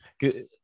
Good